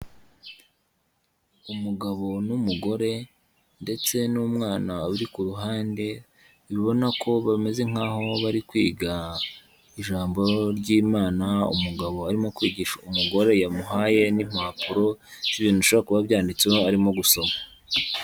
Umugabo n'umugore ndetse n'umwana uri ku ruhande bibona ko bameze nkaho bari kwiga ijambo ry'imana, umugabo arimo kwigisha umugore yamuhaye n'impapuro z'ibintu bishobora kuba byanditseho arimo gusoma.